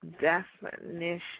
definition